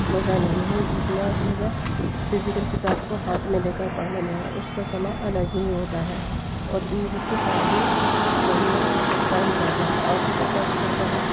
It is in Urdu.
مزہ نہیں ہے جتنا مزہ فزیکل کتاب کو ہاتھ میں لے کر پڑھنے میں ہے اس کا سما الگ ہی ہوتا ہے اور ای بک کے فائدے نہیں ہیں نقصان زیادہ ہے آنکھوں میں فرق پڑتا ہے